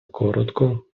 коротко